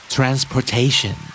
Transportation